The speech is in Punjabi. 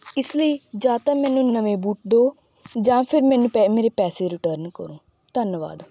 ਇਸ ਲਈ ਜਾਂ ਤਾਂ ਮੈਨੂੰ ਨਵੇਂ ਬੂਟ ਦਿਓ ਜਾਂ ਫਿਰ ਮੈਨੂੰ ਪੈ ਮੇਰੇ ਪੈਸੇ ਰਿਟਰਨ ਕਰੋ ਧੰਨਵਾਦ